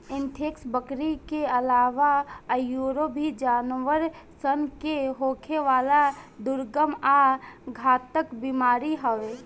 anthrax, बकरी के आलावा आयूरो भी जानवर सन के होखेवाला दुर्गम आ घातक बीमारी हवे